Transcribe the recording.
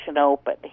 open